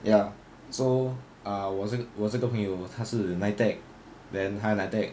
ya so ah 我这个我这个朋友他是 NITEC then higher NITEC